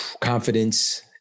confidence